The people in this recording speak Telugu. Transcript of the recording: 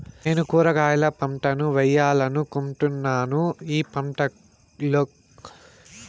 నేను కూరగాయల పంటలు వేయాలనుకుంటున్నాను, ఈ పంటలకు ఏమన్నా అప్పు ఇస్తారా?